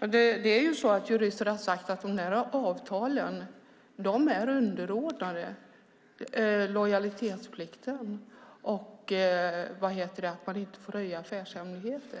Herr talman! Det är så att jurister har sagt att de där avtalen är underordnade lojalitetsplikten, att man inte får röja affärshemligheter.